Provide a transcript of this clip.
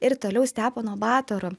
ir toliau stepono batoro